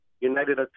United